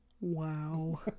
Wow